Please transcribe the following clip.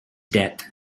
death